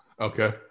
Okay